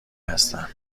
هستند